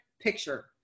picture